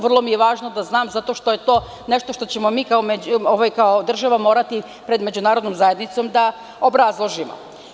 Vrlo mi je važno da znam, zato što je to nešto što ćemo mi kao država morati pred međunarodnom zajednicom da obrazložimo.